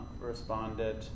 responded